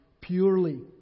purely